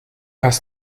hast